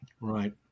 Right